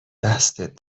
دستت